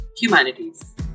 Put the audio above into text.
Humanities